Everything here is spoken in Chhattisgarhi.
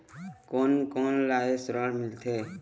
कोन कोन ला ये ऋण मिलथे?